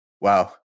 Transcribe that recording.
Wow